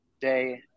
day